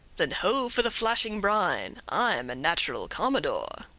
then ho! for the flashing brine i'm a natural commodore!